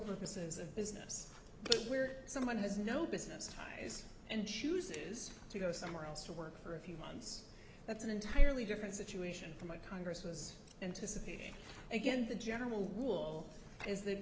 purposes of business where someone has no business ties and chooses to go somewhere else to work for a few months that's an entirely different situation from what congress was anticipating again the general rule is the